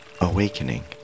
awakening